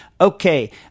Okay